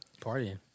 partying